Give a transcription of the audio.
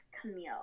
camille